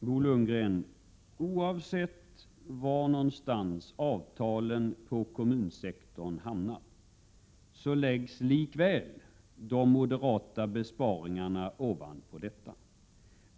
Herr talman! Oavsett var någonstans avtalen inom kommunsektorn hamnar, Bo Lundgren, läggs de moderata besparingarna ovanpå detta.